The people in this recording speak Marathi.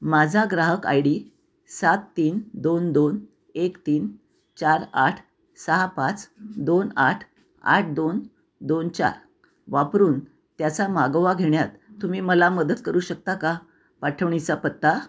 माझा ग्राहक आय डी सात तीन दोन दोन एक तीन चार आठ सहा पाच दोन आठ आठ दोन दोन चार वापरून त्याचा मागोवा घेण्यात तुम्ही मला मदत करू शकता का पाठवणीचा पत्ता